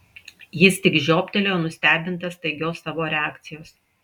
jis tik žioptelėjo nustebintas staigios savo reakcijos